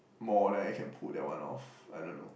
more than I can pull that one off I don't know